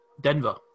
Denver